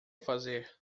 fazer